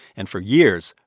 and for years,